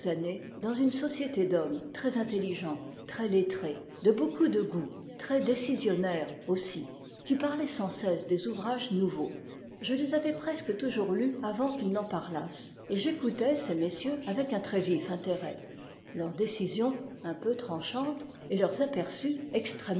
dans une société d'hommes très intelligents très lettrés de beaucoup de goût très décisionnaires aussi qui parlaient sans cesse des ouvrages nouveaux je les avais presque toujours lus avant qu'ils n'en parlassent et j'écoutais ces messieurs avec un très vif intérêt leurs décisions un peu tranchantes et leurs